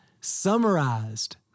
summarized